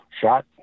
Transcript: shot